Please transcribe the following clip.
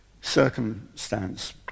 circumstance